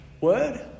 word